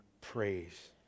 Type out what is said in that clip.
praise